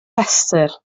rhestr